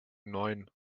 neun